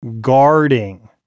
Guarding